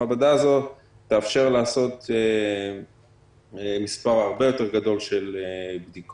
המעבדה הזאת תאפשר לעשות מספר הרבה יותר גדול של בדיקות.